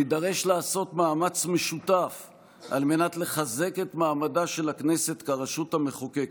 נידרש לעשות מאמץ משותף על מנת לחזק את מעמדה של הכנסת כרשות המחוקקת,